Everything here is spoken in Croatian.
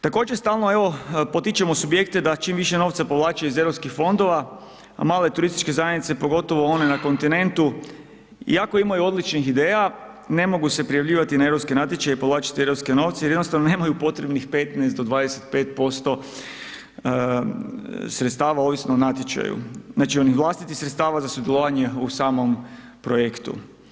Također stalno evo potičemo subjekte da čim više novca povlače iz Europskih fondova, a male turističke zajednice, a pogotovo one na kontinentu iako imaju odličnih ideja, ne mogu se prijavljivati na europske natječaje i povlačiti europske novce jer jednostavno nemaju potrebnih 15 do 25% sredstava ovisno o natječaju, znači, onih vlastitih sredstava za sudjelovanje u samom projektu.